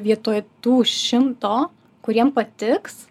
vietoj tų šimto kuriem patiks